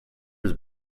was